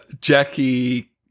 Jackie